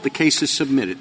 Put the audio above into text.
the case is submitted